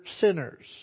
sinners